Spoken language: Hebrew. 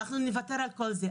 אנחנו נוותר על כל זה,